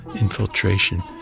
infiltration